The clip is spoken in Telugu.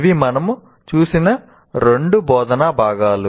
ఇవి మనము చూసిన రెండు బోధనా భాగాలు